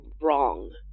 wrong